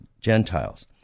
Gentiles